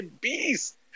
beast